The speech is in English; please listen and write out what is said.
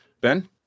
Ben